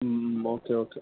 ഉം okay okay